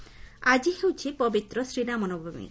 ଶ୍ରୀରାମ ନବମୀ ଆକି ହେଉଛି ପବିତ୍ର ଶ୍ରୀରାମ ନବମୀ